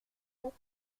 têtes